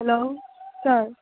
hello sir